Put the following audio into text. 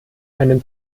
einen